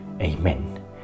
Amen